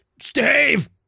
Steve